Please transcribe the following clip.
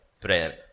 prayer